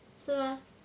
是吗